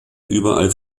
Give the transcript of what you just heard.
überall